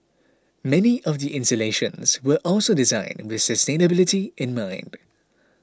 many of the installations were also designed with sustainability in mind